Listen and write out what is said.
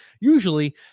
usually